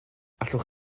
allwch